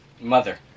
Mother